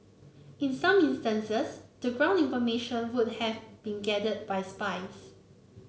in some instances the ground information would have been gathered by spies